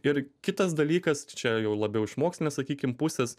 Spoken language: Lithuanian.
ir kitas dalykas čia jau labiau iš mokslinės sakykim pusės